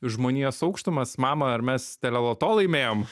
žmonijos aukštumas mamą ar mes teleloto laimėjom